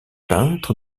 peintre